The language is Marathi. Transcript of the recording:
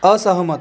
असहमत